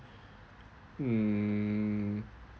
mm